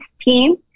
team